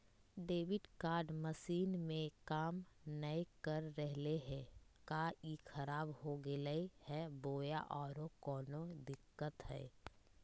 Debit card machine में काम नाय कर रहले है, का ई खराब हो गेलै है बोया औरों कोनो दिक्कत है?